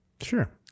Sure